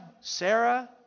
Sarah